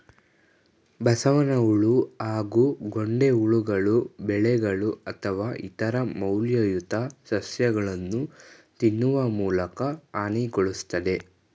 ಬಸವನಹುಳು ಹಾಗೂ ಗೊಂಡೆಹುಳುಗಳು ಬೆಳೆಗಳು ಅಥವಾ ಇತರ ಮೌಲ್ಯಯುತ ಸಸ್ಯಗಳನ್ನು ತಿನ್ನುವ ಮೂಲಕ ಹಾನಿಗೊಳಿಸ್ತದೆ